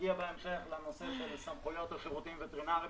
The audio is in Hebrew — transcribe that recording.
בנושא סמכויות השירותים הווטרינריים